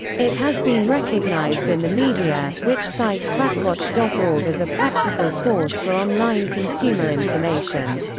it has been recognized in the media, which cite quackwatch dot org as a practical source for online consumer information.